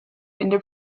into